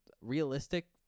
realistic